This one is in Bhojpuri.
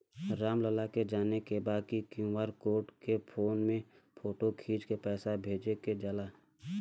राम लाल के जाने के बा की क्यू.आर कोड के फोन में फोटो खींच के पैसा कैसे भेजे जाला?